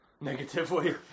Negatively